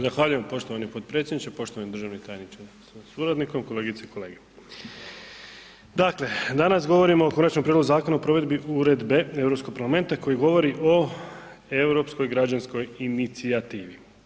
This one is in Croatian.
Zahvaljujem poštovani potpredsjedniče, poštovani državni tajniče sa suradnikom, kolegice i kolege, dakle danas govorimo o Konačnom prijedlogu zakona o provedbi Uredbe Europskog parlamenta koji govori o Europskoj građanskoj inicijativi.